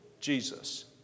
Jesus